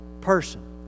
person